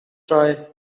dry